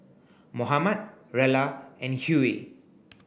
Mohamed Rella and Hughey